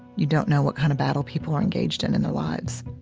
you don't know what kind of battle people are engaged in in their lives